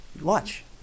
Watch